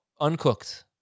uncooked